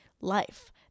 life